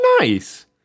nice